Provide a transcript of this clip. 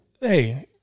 hey